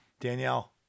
Danielle